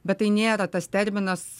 bet tai nėra tas terminas